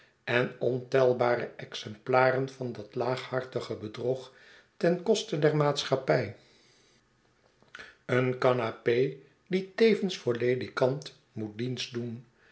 en ontelbare exemplaren van dat laaghartige bedrog ten koste der maatschappij een canape die tevens voor ledikant moet dienst doen